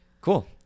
cool